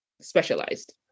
specialized